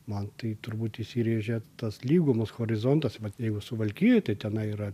man tai turbūt įsirėžė tas lygumos horizontas vat jeigu suvalkijoj tai tenai yra